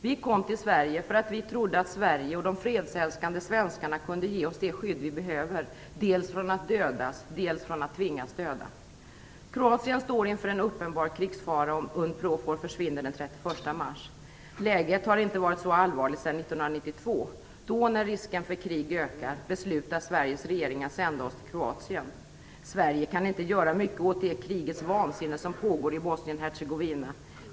Vi kom till Sverige för att vi trodde att Sverige och de fredsälskande svenskarna kunde ge oss det skydd vi behöver, dels från att dödas, dels från att tvingas döda. Kroatien står inför en uppenbar krigsfara om Unprofor försvinner den 31 mars. Läget har inte varit så allvarligt sedan 1992. Då, när risken för krig ökar, beslutar Sveriges regering att sända oss till Kroatien. Sverige kan inte göra mycket åt det krigets vansinne som pågår i Bosnien-Hercegovina.